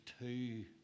two